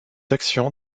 actions